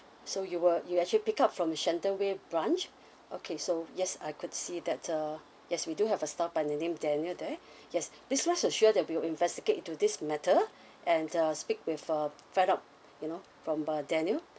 so you were you actually pick up from shenton way branch okay so yes I could see that uh yes we do have a staff by the name daniel there yes please rest assure that we'll investigate into this matter and uh speak with uh find out you know from uh daniel